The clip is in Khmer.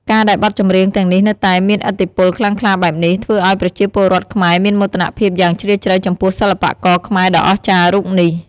ការដែលបទចម្រៀងទាំងនេះនៅតែមានឥទ្ធិពលខ្លាំងក្លាបែបនេះ ធ្វើឲ្យប្រជាពលរដ្ឋខ្មែរមានមោទនភាពយ៉ាងជ្រាលជ្រៅចំពោះសិល្បករខ្មែរដ៏អស្ចារ្យរូបនេះ ។